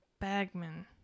Bagman